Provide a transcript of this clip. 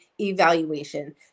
evaluation